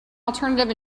alternative